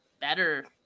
better